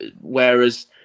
Whereas